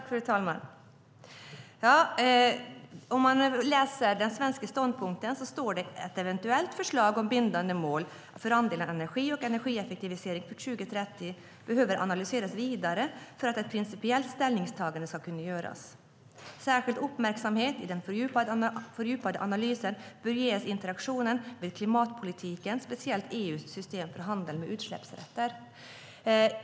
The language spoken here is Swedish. Fru talman! I den svenska ståndpunkten står att "ett eventuellt förslag om bindande mål för andelen förnybar energi och energieffektivisering för 2030 behöver analyseras vidare för att ett principiellt ställningstagande ska kunna göras. Särskild uppmärksamhet i den fördjupade analysen bör ges interaktionen med klimatpolitiken, speciellt EU:s system för handel med utsläppsrätter."